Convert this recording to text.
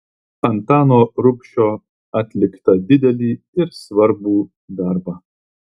antano rubšio atliktą didelį ir svarbų darbą